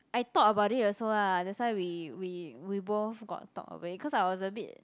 I thought about it also ah that's why we we we both got talk already cause I was a bit